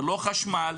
ולא חשמל.